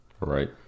right